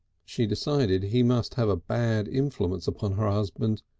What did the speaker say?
she decided he must have a bad influence upon her husband,